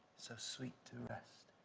so sweet to rest!